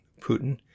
Putin